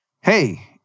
hey